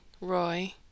Roy